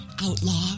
Outlaw